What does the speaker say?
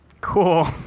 Cool